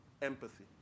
empathy